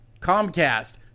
Comcast